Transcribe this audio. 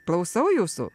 klausau jūsų